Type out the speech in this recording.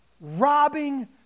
robbing